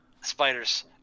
Spiders